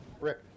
Rick